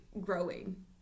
growing